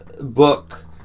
book